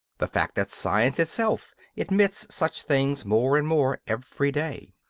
the fact that science itself admits such things more and more every day.